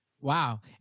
Wow